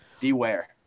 Beware